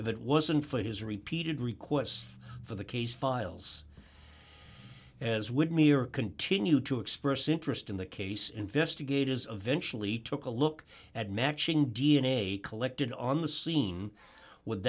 if it wasn't for his repeated requests for the case files as with me or continue to express interest in the case investigators of eventually took a look at matching d n a collected on the scene with